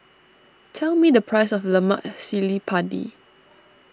tell me the price of Lemak Cili Padi